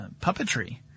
puppetry